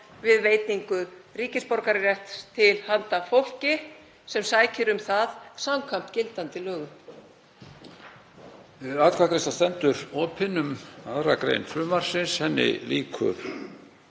við veitingu ríkisborgararéttar til handa fólki sem sækir um það samkvæmt gildandi lögum.